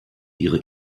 ihre